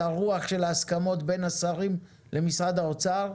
הרוח של ההסכמות בין השרים למשרד האוצר,